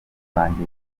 banjye